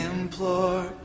implore